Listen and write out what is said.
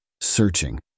searching